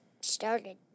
started